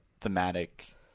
thematic –